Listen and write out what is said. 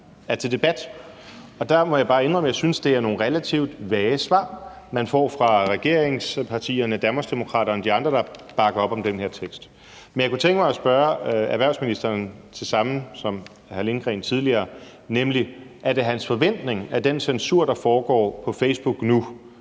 er til debat. Der må jeg bare indrømme, at jeg synes, at det er nogle relativt vage svar, man får fra regeringspartierne, Danmarksdemokraterne og de andre, der bakker op om den her vedtagelsestekst. Jeg kunne tænke mig at spørge erhvervsministeren om det samme, som jeg spurgte hr. Stinus Lindgreen om tidligere, nemlig: Er det hans forventning, at den censur, der foregår på Facebook nu,